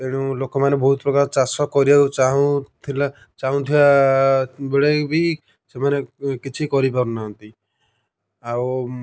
ଏଣୁ ଲୋକମାନେ ବହୁତ ପ୍ରକାର ଚାଷ କରିବାକୁ ଚାହୁଁଥିଲେ ଚାହୁଁଥିବା ବେଳେ ବି ସେମାନେ କିଛି କରିପାରୁନାହାଁନ୍ତି ଆଉ